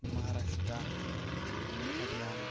Maharashtra Haryana